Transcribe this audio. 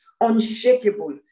unshakable